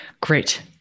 Great